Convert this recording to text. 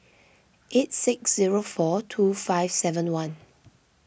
eight six zero four two five seven one